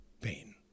pain